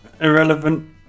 irrelevant